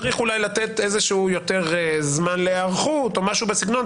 צריך אולי לתת איזשהו יותר זמן להיערכות או משהו בסגנון,